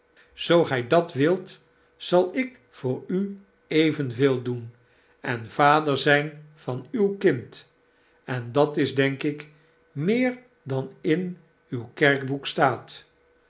zoo gij dat wilt zal ik voor u evenveei doen en vader zijn van uw kind en dat is denk ik meer dan in uw kerkboek staat